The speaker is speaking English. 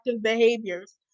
behaviors